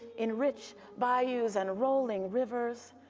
in rich bayous and rolling rivers,